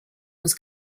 was